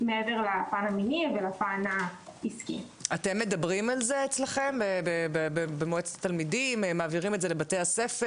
שוב, זה אנשים שכל שקל חשוב